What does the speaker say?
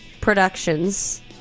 Productions